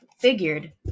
figured